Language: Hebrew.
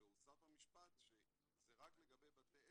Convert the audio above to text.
וכולם מבינים שמשרד המשפטים הוא גורם אובייקטיבי פה,